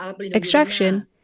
extraction